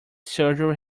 surgery